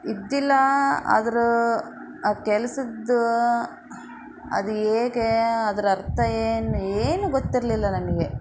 ಇದ್ದಿಲ್ಲ ಆದರೂ ಆ ಕೆಲಸದ್ದು ಅದು ಹೇಗೆ ಅದ್ರ ಅರ್ಥ ಏನು ಏನೂ ಗೊತ್ತಿರಲಿಲ್ಲ ನನಗೆ